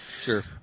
Sure